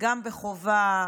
גם בחובה,